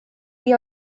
die